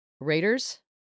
Raiders